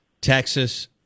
Texas